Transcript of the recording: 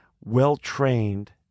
well-trained